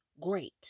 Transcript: great